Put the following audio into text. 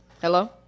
Hello